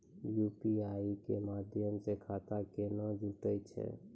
UPI के माध्यम से खाता केना जुटैय छै?